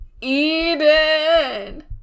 Eden